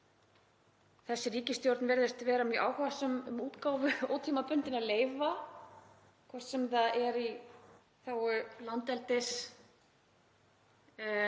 þessi ríkisstjórn virðist vera mjög áhugasöm um útgáfu ótímabundinna leyfa, hvort sem það er í þágu landeldis,